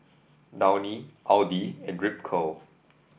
Downy Audi and Ripcurl